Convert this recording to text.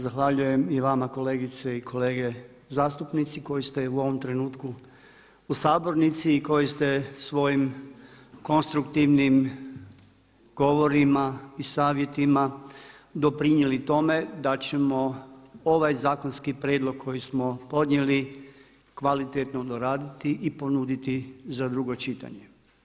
Zahvaljujem i vama kolegice i kolege zastupnici koji ste u ovom trenutku u sabornici i koji ste svojim konstruktivnim govorima i savjetima doprinijeli tome da ćemo ovaj zakonski prijedlog koji smo podnijeli kvalitetno doraditi i ponuditi za drugo čitanje.